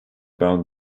bound